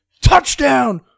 Touchdown